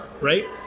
Right